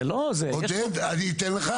אני אתן לך